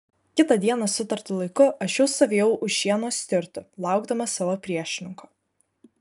kitą dieną sutartu laiku aš jau stovėjau už šieno stirtų laukdamas savo priešininko